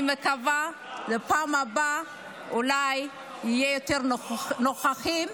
אני מקווה שבפעם הבאה אולי יהיו יותר נוכחים,